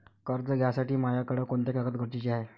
कर्ज घ्यासाठी मायाकडं कोंते कागद गरजेचे हाय?